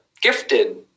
gifted